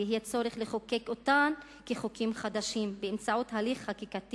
ויהיה צורך לחוקק אותן כחוקים חדשים בהליך חקיקתי